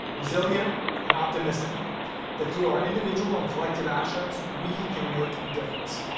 resilient and optimistic that through our individual and collective actions, we can make a difference.